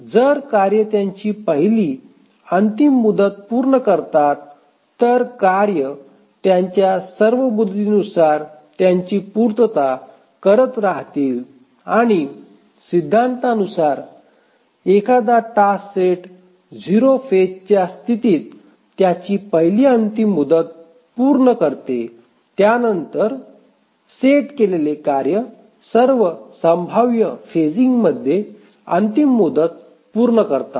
जर कार्ये त्यांची पहिली अंतिम मुदत पूर्ण करतात तर कार्ये त्यांच्या सर्व मुदतीनुसार त्यांची पूर्तता करत राहतील आणि सिद्धांतानुसार एखादी टास्क सेट 0 फेजच्या स्थितीत त्याची पहिली अंतिम मुदत पूर्ण करते त्यानंतर सेट केलेले कार्य सर्व संभाव्य फेजिंगमध्ये अंतिम मुदत पूर्ण करतात